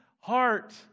Heart